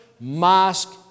mosque